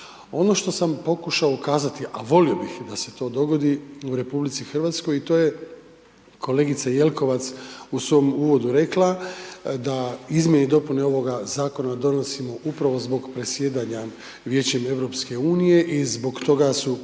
Ono što sam pokušao ukazati, a volio bih da se to dogodi u RH i to je kolegica Jelkovac u svom uvodu rekla da izmjene i dopune ovoga zakona donosimo upravo zbog predsjedanja Vijećem EU i zbog toga su